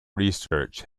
research